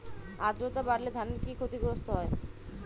আদ্রর্তা বাড়লে ধানের কি ক্ষতি হয়?